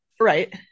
Right